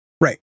Right